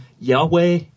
Yahweh